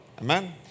Amen